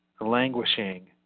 languishing